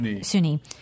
Sunni